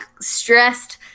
stressed